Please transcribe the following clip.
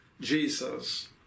Jesus